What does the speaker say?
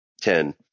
ten